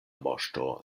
moŝto